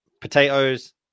potatoes